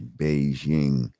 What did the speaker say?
Beijing